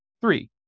Three